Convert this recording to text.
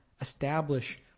establish